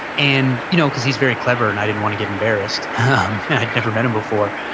and you know because he's very clever and i didn't want to get embarrassed and i'd never met him before.